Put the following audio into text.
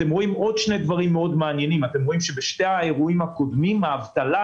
אתם רואים עוד שני דברים מעניינים מאוד: שבשני האירועים הקודמים האבטלה,